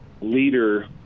leader